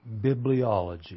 Bibliology